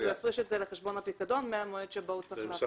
הוא יפריש את זה לחשבון הפיקדון מהמועד שבו הוא צריך להפריש.